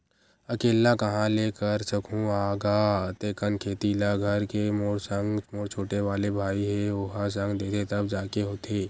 अकेल्ला काँहा ले करे सकहूं गा अते कन खेती ल घर के मोर संग मोर छोटे वाले भाई हे ओहा संग देथे तब जाके होथे